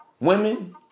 Women